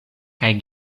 kaj